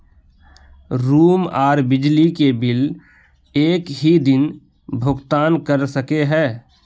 Room आर बिजली के बिल एक हि दिन भुगतान कर सके है?